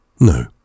No